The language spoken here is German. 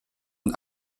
und